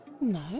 No